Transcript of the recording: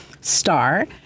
star